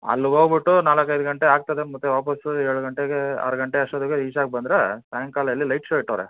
ಅಲ್ಗೋಗಿ ಬಿಟ್ಟು ನಾಲ್ಕು ಐದು ಗಂಟೆ ಆಗ್ತದೆ ಮತ್ತೆ ವಾಪಸ್ಸು ಏಳು ಗಂಟೆಗೆ ಆರು ಗಂಟೆ ಅಷ್ಟೊತ್ತಿಗೆ ಈಶಾಗೆ ಬಂದರೆ ಸಾಯಂಕಾಲ ಇಲ್ಲಿ ಲೈಟ್ ಶೋ ಇಟ್ಟವರೆ